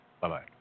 Bye-bye